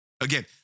Again